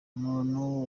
umuntu